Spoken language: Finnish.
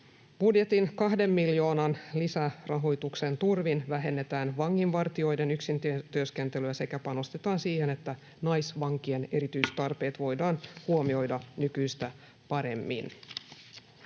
Budjetin 2 miljoonan lisärahoituksen turvin vähennetään vanginvartijoiden yksintyöskentelyä sekä panostetaan siihen, että naisvankien erityistarpeet voidaan huomioida nykyistä paremmin.